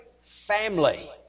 family